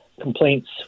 complaints